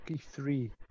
Three